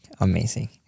Amazing